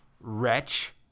Wretch